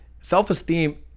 self-esteem